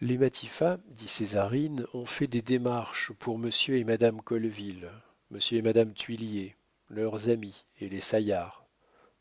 matifat dit césarine ont fait des démarches pour monsieur et madame colleville monsieur et madame thuilier leurs amis et les saillard